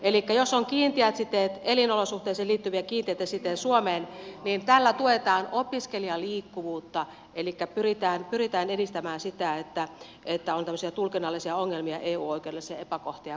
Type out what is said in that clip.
elikkä jos on elinolosuhteisiin liittyviä kiinteitä siteitä suomeen niin tällä tuetaan opiskelijaliikkuvuutta elikkä pyritään edistämään sitä jos on tämmöisiä tulkinnallisia ongelmia ja eu oikeudellisia epäkohtia ja muita